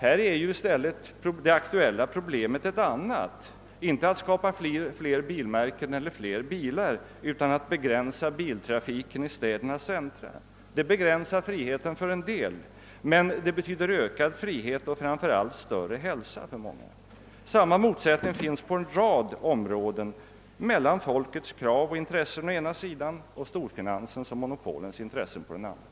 Här är det aktuella problemet ett annat, inte att skapa fler bilmärken eller fler bilar utan att begränsa biltrafiken i städernas centra. Det inskränker friheten för några, men det betyder ökad frihet och framför allt bättre hälsa för många. På en rad områden finns liknande motsättningar, och den grundläggande motsättningen är mellan folkets krav och intressen på den ena sidan och storfinansens och monopolens intressen på den andra.